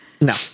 No